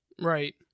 right